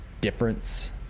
difference